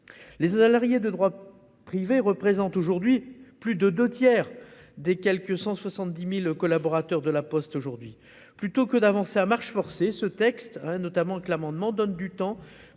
Les salariés de droit privé représentent aujourd'hui plus des deux tiers des quelque 170 000 collaborateurs de La Poste. Plutôt que d'avancer à marche forcée, ce texte donne du temps